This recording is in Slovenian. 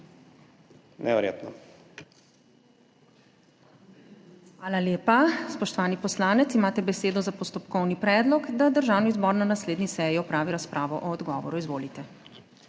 ZUPANČIČ: Hvala lepa. Spoštovana poslanka, imate besedo za postopkovni predlog, da Državni zbor na naslednji seji opravi razpravo o odgovoru. Izvolite.